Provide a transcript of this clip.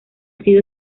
sido